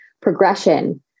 progression